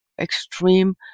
extreme